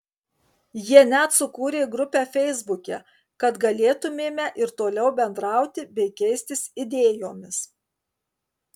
jie net sukūrė grupę feisbuke kad galėtumėme ir toliau bendrauti bei keistis idėjomis